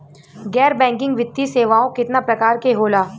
गैर बैंकिंग वित्तीय सेवाओं केतना प्रकार के होला?